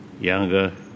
younger